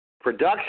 production